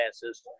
classes